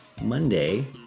Monday